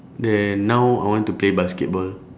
then now I want to play basketball